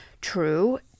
true